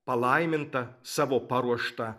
palaimintą savo paruoštą